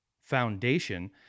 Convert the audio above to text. Foundation